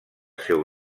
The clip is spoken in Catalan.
seu